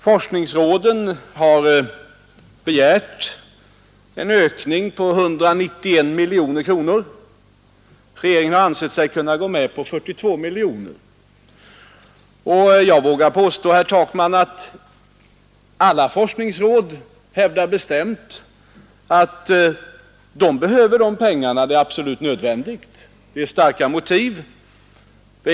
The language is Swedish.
Forskningsråden har begärt en ökning på 191 miljoner kronor; regeringen har ansett sig kunna gå med på en ökning med 42 miljoner. Jag vågar påstå, herr Takman, att alla forskningsråd hävdar bestämt att de behöver de pengar som de begärt, att det är absolut nödvändigt och att det finns starka motiv för det.